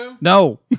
No